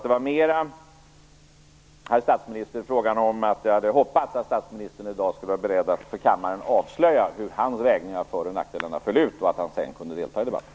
Det var som sagt mera fråga om att jag hade hoppats att statsministern i dag skulle vara beredd att för kammaren avslöja hur hans vägning av för och nackdelar fallit ut och att han sedan kunde delta i debatten.